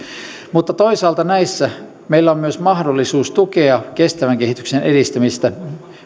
mutta toisaalta näissä meillä on myös mahdollisuus tukea kestävän kehityksen edistämistä